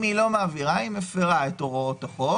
אם היא לא מעבירה היא מפרה את הוראות החוק.